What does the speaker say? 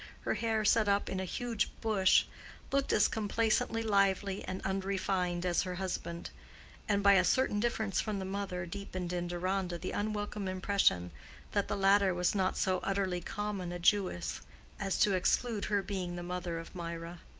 her hair set up in a huge bush looked as complacently lively and unrefined as her husband and by a certain difference from the mother deepened in deronda the unwelcome impression that the latter was not so utterly common a jewess as to exclude her being the mother of mirah.